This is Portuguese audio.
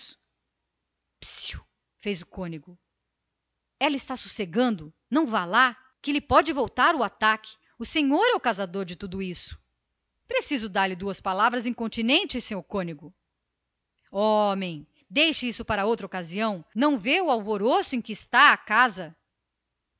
psiu fez o cônego ela está sossegando agora não vá lá que lhe pode voltar o ataque o senhor é o causador de tudo isto preciso dar-lhe duas palavras incontinenti senhor cônego homem deixe isso para outra ocasião não vê o alvoroço em que está a casa